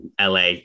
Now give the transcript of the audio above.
LA